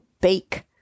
bake